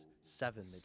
seven